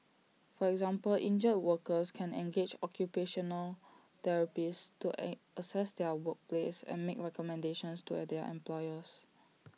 for example injured workers can engage occupational therapists to assess their workplace and make recommendations to their employers